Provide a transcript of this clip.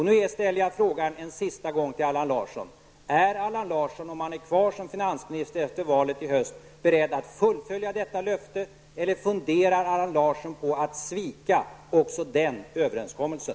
Nu ställer jag en sista gång frågan till Allan Larson: Är Allan Larsson, om han är kvar som finansminister efter valet i höst, beredd att fullfölja detta löfte eller funderar Allan Larsson att svika också den överenskommelsen?